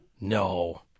No